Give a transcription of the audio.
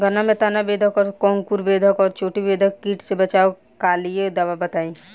गन्ना में तना बेधक और अंकुर बेधक और चोटी बेधक कीट से बचाव कालिए दवा बताई?